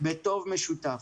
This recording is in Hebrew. בטוב משותף.